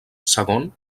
segon